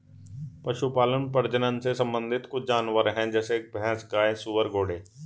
पशुपालन प्रजनन से संबंधित कुछ जानवर है जैसे भैंस, गाय, सुअर, घोड़े